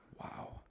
Wow